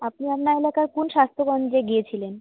আপনি আপনার এলাকার কোন স্বাস্থ্যকেন্দ্রে গিয়েছিলেন